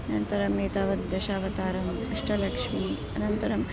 अनन्तरम् एतावत् दशावतारम् अष्टलक्ष्मी अनन्तरं